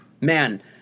man